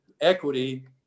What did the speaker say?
equity